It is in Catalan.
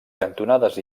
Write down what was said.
cantonades